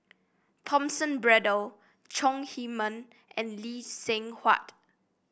Thomas Braddell Chong Heman and Lee Seng Huat